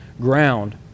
ground